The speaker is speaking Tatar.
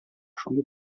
шундый